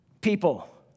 people